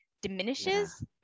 diminishes